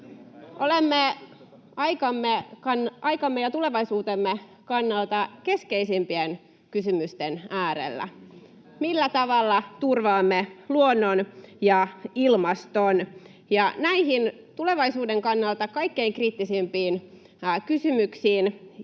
Olemme aikamme ja tulevaisuutemme kannalta keskeisimpien kysymysten äärellä: millä tavalla turvaamme luonnon ja ilmaston. Näihin tulevaisuuden kannalta kaikkein kriittisimpiin kysymyksiin